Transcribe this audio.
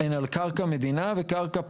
הן על קרקע מדינה וקרקע פנויה.